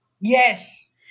yes